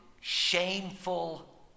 shameful